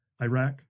Iraq